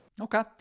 Okay